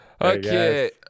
Okay